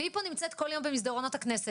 והיא פה נמצאת כל יום במסדרונות הכנסת,